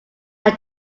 are